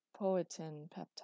peptide